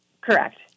Correct